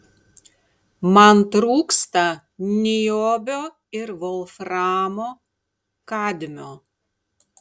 man trūksta niobio ir volframo kadmio